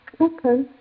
Okay